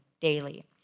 daily